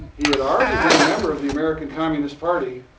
he had already been a member of the american communist party.